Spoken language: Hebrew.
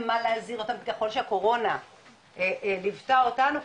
להזהיר אותם ככל שקורונה ליוותה אותנו,